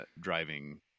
Driving